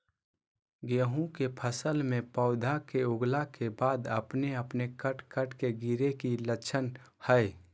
गेहूं के फसल में पौधा के उगला के बाद अपने अपने कट कट के गिरे के की लक्षण हय?